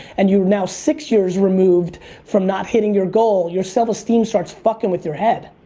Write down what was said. and you're now six years removed from not hitting your goal. your self-esteem starts fuckin' with your head.